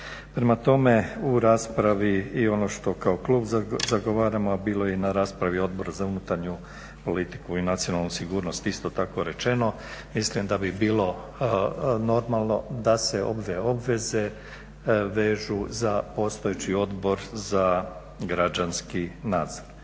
Prema tome, u raspravi i ono što kao klub zagovaramo, a bilo je i na raspravi Odbora za unutarnju politiku i nacionalnu sigurnost isto tako rečeno mislim da bi bilo normalno da se ovdje obveze vežu za postojeći Odbor za građanski nadzor.